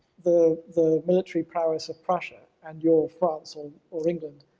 the the military powers of prussia, and you're france or or england,